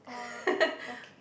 oh okay